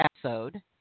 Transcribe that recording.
episode